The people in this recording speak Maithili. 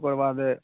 ओकर बाद